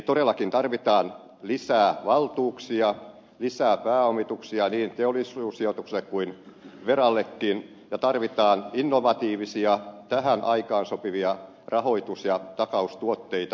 todellakin tarvitaan lisää valtuuksia lisää pääomituksia niin teollisuussijoitukselle kuin verallekin ja tarvitaan innovatiivisia tähän aikaan sopivia rahoitus ja takaustuotteita